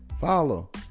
follow